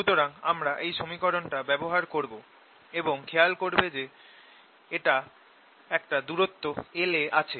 সুতরাং আমরা এই সমীকরণটা ব্যবহার করব এবং খেয়াল করবে যে এটা একটা দূরত্ব l এ আছে